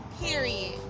Period